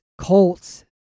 Colts